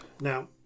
Now